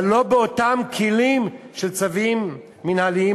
אבל לא באותם כלים של צווים מינהליים,